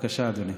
בבקשה, אדוני.